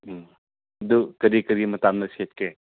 ꯎꯝ ꯑꯗꯨ ꯀꯔꯤ ꯀꯔꯤ ꯃꯇꯥꯡꯗ ꯁꯦꯠꯀꯦ